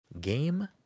Game